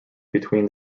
between